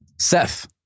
Seth